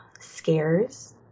scares